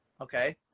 okay